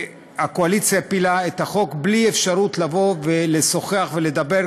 הקואליציה הפילה את החוק בלי אפשרות לבוא ולשוחח ולדבר,